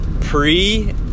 pre